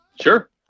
Sure